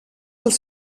als